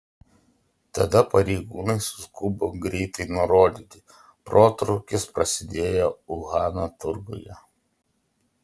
tada pareigūnai suskubo greitai nurodyti protrūkis prasidėjo uhano turguje